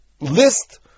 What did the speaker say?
list